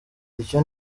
icyo